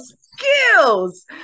skills